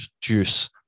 juice